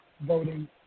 voting